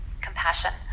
compassion